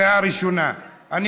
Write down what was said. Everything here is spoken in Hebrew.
התשע"ח 2018, בקריאה ראשונה.